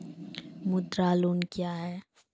मुद्रा लोन क्या हैं?